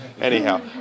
anyhow